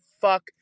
fuck